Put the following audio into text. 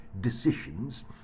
decisions